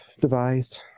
devised